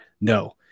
No